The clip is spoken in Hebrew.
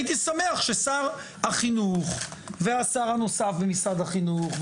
הייתי שמח ששר החינוך והשר הנוסף במשרד החינוך,